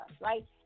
right